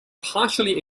partially